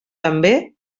també